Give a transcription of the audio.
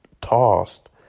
tossed